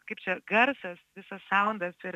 kaip čia garsas visas saundas ir